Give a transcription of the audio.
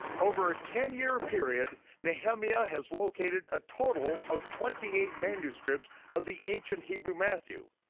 over a ten year period, nehemia has located a total of twenty eight manuscripts of the ancient hebrew matthew.